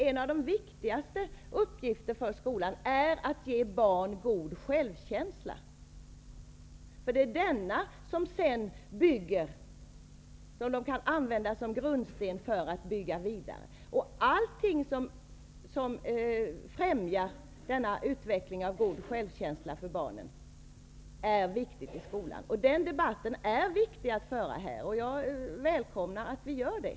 En av de viktigaste uppgifterna för skolan är att ge barn god självkänsla. Det är denna som sedan kan användas som grundsten för att bygga vidare. Allting som främjar denna utveckling av god självkänsla hos barnen är viktigt i skolan. Den debatten är viktig att föra här, och jag välkomnar att vi gör det.